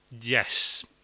Yes